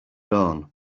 dawn